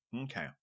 okay